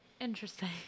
Interesting